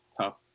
tough